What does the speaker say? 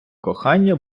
кохання